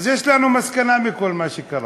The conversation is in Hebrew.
אז יש לנו מסקנה מכל מה שקרה.